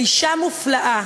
לאישה מופלאה,